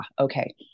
okay